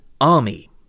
Army